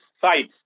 sites